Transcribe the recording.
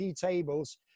tables